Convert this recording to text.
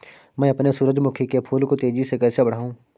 मैं अपने सूरजमुखी के फूल को तेजी से कैसे बढाऊं?